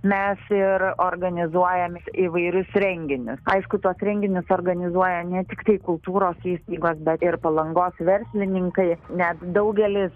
mes ir organizuojam įvairius renginius aišku tuos renginius organizuoja ne tiktai kultūros įstaigos bet ir palangos verslininkai net daugelis